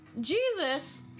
Jesus